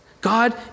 God